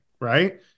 right